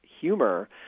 humor